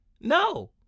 No